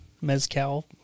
Mezcal